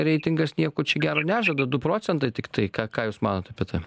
reitingas nieko čia gero nežada du procentai tiktai ką ką jūs manot apie tai